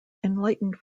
enlightened